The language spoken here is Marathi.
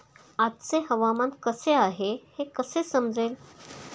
आजचे हवामान कसे आहे हे कसे समजेल?